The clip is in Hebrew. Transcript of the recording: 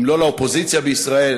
אם לא לאופוזיציה בישראל,